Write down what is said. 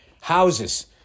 houses